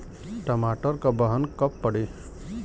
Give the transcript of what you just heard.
टमाटर क बहन कब पड़ी?